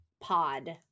Pod